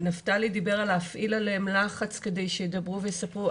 נפתלי דיבר על להפעיל עליהם לחץ כדי שידברו ויספרו.